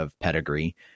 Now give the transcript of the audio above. pedigree